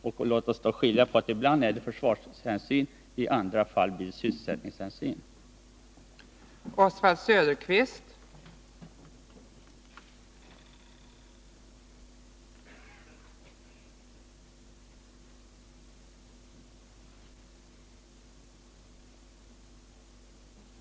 Och låt oss då skilja ut att ibland är det försvarshänsyn och i andra fall sysselsättningshänsyn som är viktiga.